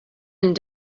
and